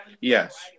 Yes